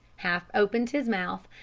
half opened his mouth,